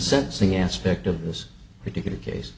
sentencing aspect of this particular case